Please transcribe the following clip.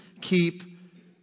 keep